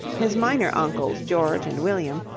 his minor uncles george and william,